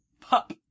Pup